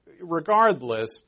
regardless